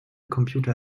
computer